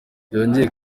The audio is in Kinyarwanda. byongeye